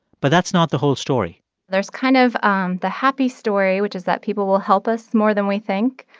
but that's not the whole story there's kind of um the happy story, which is that people will help us more than we think.